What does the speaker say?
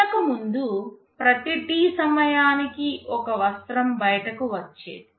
అంతకుముందు ప్రతి T సమయానికి ఒక వస్త్రం బయటకు వచ్చేది